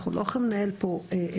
ואנחנו לא הולכים לנהל פה חקירה.